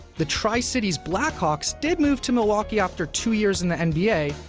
the tri-cities blackhawks did move to milwaukee after two years in the and nba,